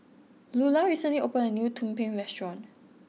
Loula recently opened a new Tumpeng restaurant